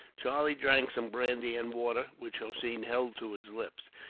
charlie drank some brandy and water, which hossein held to his lips.